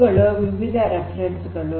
ಇವುಗಳು ವಿವಿಧ ಉಲ್ಲೇಖಗಳು